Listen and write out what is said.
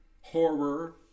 Horror